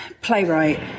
Playwright